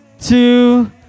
two